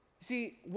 See